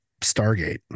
Stargate